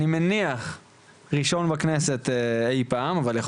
אני מניח ראשון בכנסת אי פעם אבל יכול